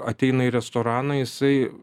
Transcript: ateina į restoraną jisai